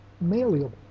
malleable